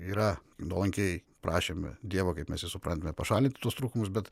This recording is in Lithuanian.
yra nuolankiai prašėme dievo kaip mes jį suprantame pašalinti tuos trūkumus bet